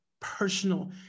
Personal